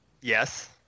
Yes